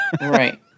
Right